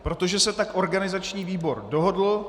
Protože se tak organizační výbor dohodl.